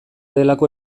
delako